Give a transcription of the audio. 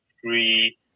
three